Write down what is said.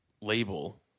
label